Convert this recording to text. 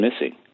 missing